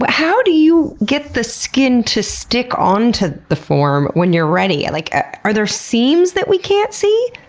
but how do you get the skin to stick onto the form when you're ready? like ah are there seams that we can't see?